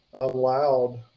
allowed